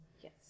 Yes